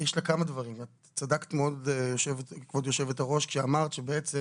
צדקת מאוד, כבוד היושבת-ראש, כשאמרת שבעצם